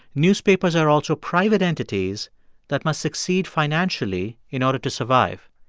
newspapers are also private entities that must succeed financially in order to survive.